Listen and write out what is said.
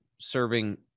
serving